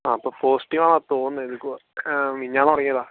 ആ അപ്പോൾ പോസിറ്റീവാന്നാ തോന്നുന്നത് മിനിഞ്ഞാന്ന് തുടങ്ങിയതാണ്